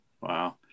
Wow